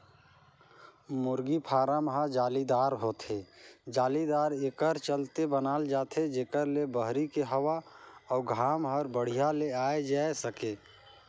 मुरगी फारम ह जालीदार होथे, जालीदार एकर चलते बनाल जाथे जेकर ले बहरी के हवा अउ घाम हर बड़िहा ले आये जाए सके